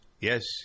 yes